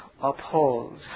upholds